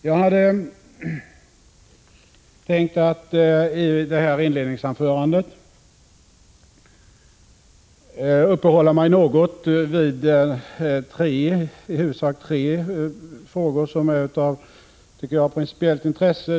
Jag hade tänkt att i detta inledningsanförande uppehålla mig något vid i huvudsak tre frågor, som jag tycker är av principiellt intresse.